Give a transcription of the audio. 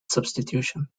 substitution